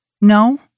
No